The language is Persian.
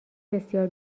بسیار